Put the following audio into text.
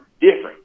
different